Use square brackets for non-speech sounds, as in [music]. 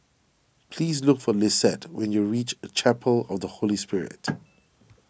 please look for Lisette when you reach Chapel of the Holy Spirit [noise]